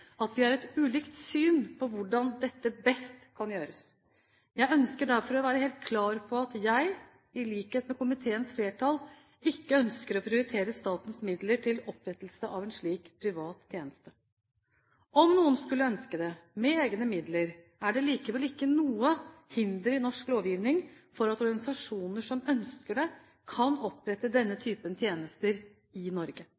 at vi har ulikt syn på hvordan dette best kan gjøres. Jeg ønsker derfor å være helt klar på at jeg, i likhet med komiteens flertall, ikke ønsker å prioritere statens midler til opprettelse av en slik privat tjeneste. Om noen skulle ønske det, med egne midler, er det likevel ikke noe hinder i norsk lovgivning for at organisasjoner som ønsker det, kan opprette denne typen tjenester i Norge.